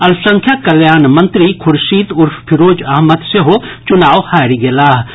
अल्पसंख्यक कल्याण मंत्री खुर्शीद उर्फ फिरोज अहमद सेहो चूनाव हारि गेल छथि